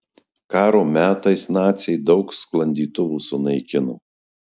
karo metais naciai daug sklandytuvų sunaikino